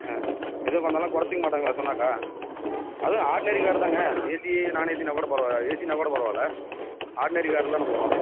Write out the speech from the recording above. ஆ எதுவும் பண்ணாலும் கொறச்சுக்க மாட்டாங்களா சொன்னாக்கா அதுவும் ஆர்டினரி காருதாங்க ஏசி நான் ஏசினா கூட பரவாயில்லை ஏசினா கூட பரவாயில்லை ஆர்டினரி காரில்தான போகிறோம்